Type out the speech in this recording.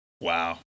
Wow